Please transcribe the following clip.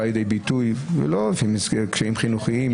קשיים חינוכיים,